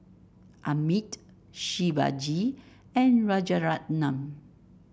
Amit Shivaji and Rajaratnam